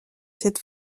cette